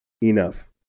enough